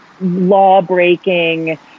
law-breaking